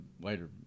later